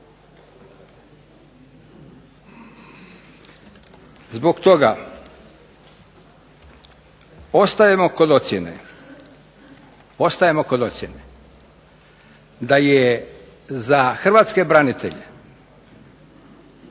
Zbog toga ostajemo kod ocjene da je za hrvatske branitelje